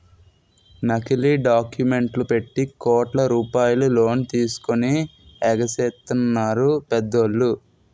నకిలీ డాక్యుమెంట్లు పెట్టి కోట్ల రూపాయలు లోన్ తీసుకొని ఎగేసెత్తన్నారు పెద్దోళ్ళు